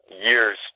years